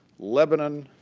lebanon,